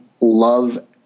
love